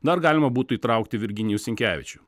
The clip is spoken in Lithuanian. dar galima būtų įtraukti virginijų sinkevičių